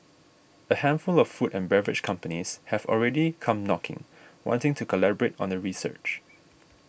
a handful of food and beverage companies have already come knocking wanting to collaborate on the research